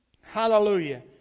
Hallelujah